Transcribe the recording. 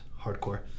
hardcore